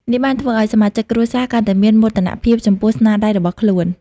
នេះបានធ្វើឱ្យសមាជិកគ្រួសារកាន់តែមានមោទនភាពចំពោះស្នាដៃរបស់ខ្លួន។